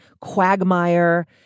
quagmire